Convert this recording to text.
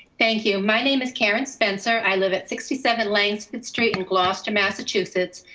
thank you. my name is karen spencer. i live at sixty seven lanes fifth street in gloucester, massachusetts,